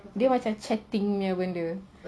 dia macam chatting punya benda